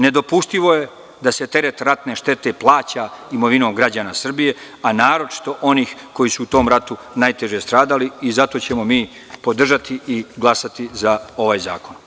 Nedopustivo je da se teret ratne štete plaća imovinom građana Srbije, a naročito onih koji su u tom ratu najteže stradali i zato ćemo podržati i glasati za ovaj zakon.